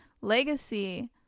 legacy